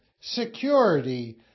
security